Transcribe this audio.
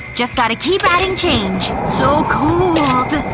just gotta keep adding change, so cold.